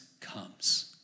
comes